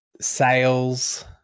sales